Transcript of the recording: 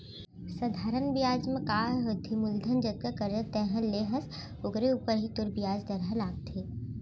सधारन बियाज म काय होथे मूलधन जतका करजा तैंहर ले हस ओकरे ऊपर ही तोर बियाज दर ह लागथे